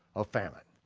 of famine.